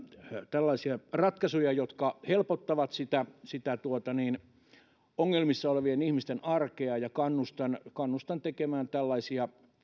tällaisia ratkaisuja jotka helpottavat ongelmissa olevien ihmisten arkea ja kannustan kannustan tekemään tällaisia